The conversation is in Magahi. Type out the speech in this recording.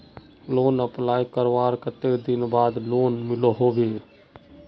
लोन अप्लाई करवार कते दिन बाद लोन मिलोहो होबे?